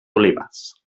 olives